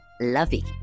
lovey